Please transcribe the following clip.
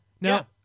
Now